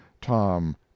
Tom